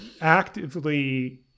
actively